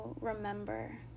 remember